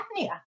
apnea